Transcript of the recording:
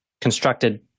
constructed